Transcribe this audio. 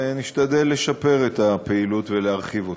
ונשתדל לשפר את הפעילות ולהרחיב אותה.